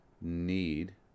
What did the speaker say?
need